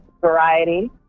Variety